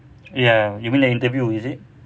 ya you mean like interview is it